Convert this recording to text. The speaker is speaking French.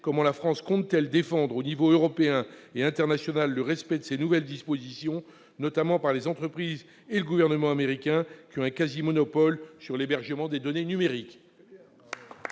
comment la France compte-t-elle défendre au niveau européen et international le respect de ces nouvelles dispositions, notamment par les entreprises et le gouvernement américains, qui disposent d'un quasi-monopole sur l'hébergement des données numériques ?